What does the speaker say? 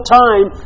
time